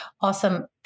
Awesome